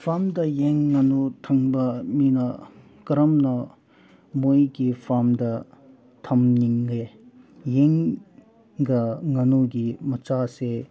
ꯐꯥꯔꯝꯗ ꯌꯦꯟ ꯉꯥꯅꯨ ꯊꯝꯕ ꯃꯤꯅ ꯀꯔꯝꯅ ꯃꯣꯏꯒꯤ ꯐꯥꯔꯝꯗ ꯊꯝꯅꯤꯡꯒꯦ ꯌꯦꯟꯒ ꯉꯥꯅꯨꯒꯤ ꯃꯆꯥꯁꯦ